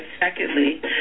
Secondly